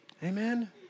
Amen